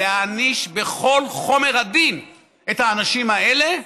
להעניש בכל חומר הדין את האנשים האלה,